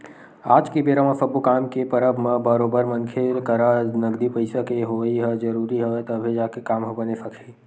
आज के बेरा म सब्बो काम के परब म बरोबर मनखे करा नगदी पइसा के होवई ह जरुरी हवय तभे जाके काम ह बने सकही